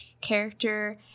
character